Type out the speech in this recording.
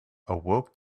awoke